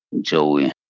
Joey